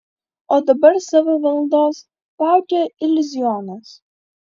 o dabar savo valandos laukia iliuzionas